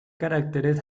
caracteres